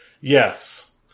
Yes